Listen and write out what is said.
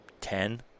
Ten